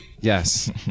Yes